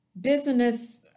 business